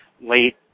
late